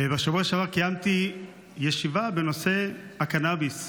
בשבוע שעבר קיימתי ישיבה בנושא הקנביס.